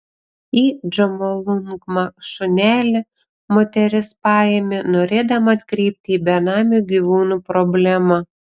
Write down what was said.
į džomolungmą šunelį moteris paėmė norėdama atkreipti į benamių gyvūnų problemą